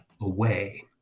away